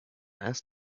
last